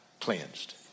cleansed